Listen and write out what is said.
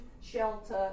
shelter